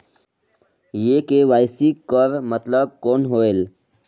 ये के.वाई.सी कर मतलब कौन होएल?